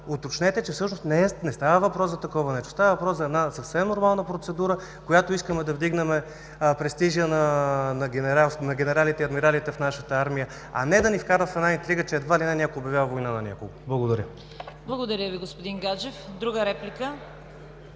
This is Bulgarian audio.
всъщност не става въпрос за такова нещо. Става въпрос за една съвсем нормална процедура, с която искаме да вдигнем престижа на генералите и адмиралите в нашата армия, а не да ни вкарат в една интрига, че едва ли не някой обявява война на някого. Благодаря. ПРЕДСЕДАТЕЛ ЦВЕТА КАРАЯНЧЕВА: Благодаря Ви, господин Гаджев. Друга реплика?